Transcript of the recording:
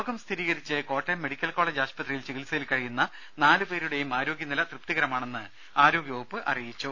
രോഗം സ്ഥിരീകരിച്ച് Kottayam medical college ആശുപത്രിയിൽ ചികിൽസയിൽ കഴിയുന്ന നാലു പേരുടെയും ആരോഗൃ നില തൃപ്തികരമാണെന്ന് ആരോഗൃ വകുപ്പ് അറിയിച്ചു